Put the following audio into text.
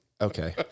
Okay